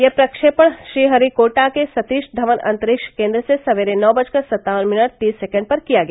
यह प्रक्षेपण श्रीहरिकोटा के सतीश धवन अंतरिक्ष केन्द्र से सवेरे नौ बजकर सत्तावन मिनट तीस सैकेंड पर किया गया